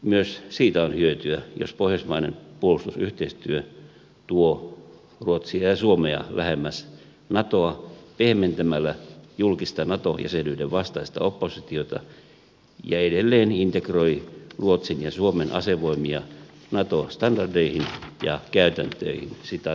myös siitä on hyötyä jos pohjoismainen puolustusyhteistyö tuo ruotsia ja suomea lähemmäs natoa pehmentämällä julkista nato jäsenyyden vastaista oppositiota ja edelleen integroi ruotsin ja suomen asevoimia nato standardeihin ja käytäntöihin